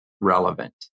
relevant